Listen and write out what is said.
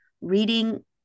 reading